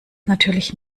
natürlich